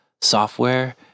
software